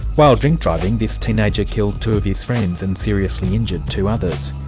while drink driving, this teenager killed two of his friends and seriously injured two others.